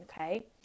Okay